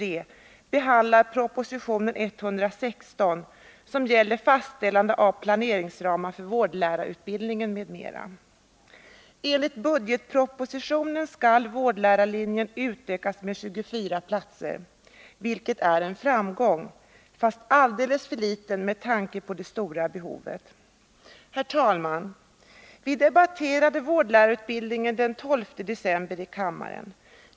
Enligt budgetpropositionen skall vårdlärarlinjen utökas med 24 utbildningsplatser, vilket är en framgång, fast alldeles för litet med tanke på det stora behovet. Herr talman! Vårdlärarutbildningen debatterades i kammaren den 12 december.